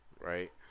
right